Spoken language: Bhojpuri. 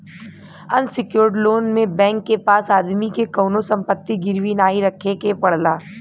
अनसिक्योर्ड लोन में बैंक के पास आदमी के कउनो संपत्ति गिरवी नाहीं रखे के पड़ला